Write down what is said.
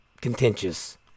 contentious